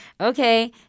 okay